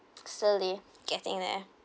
slowly getting there